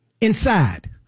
inside